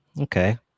okay